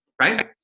right